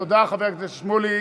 תודה, חבר הכנסת שמולי.